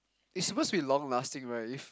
it's suppose to be long lasting right